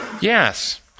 Yes